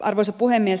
arvoisa puhemies